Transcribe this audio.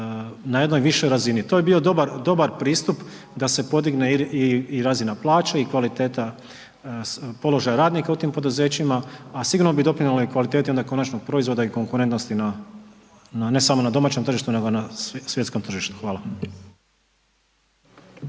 na jednoj višoj razini. To je bio dobar pristup da se podigne i razina plaće i kvaliteta položaja radnika u tim poduzećima a sigurno bi doprinijeli i kvaliteti onda konačnog proizvoda i konkurentnosti na ne samo na domaćem tržištu nego na svjetskom tržištu. Hvala.